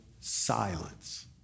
silence